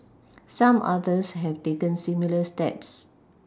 some others have taken similar steps